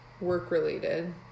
work-related